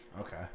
Okay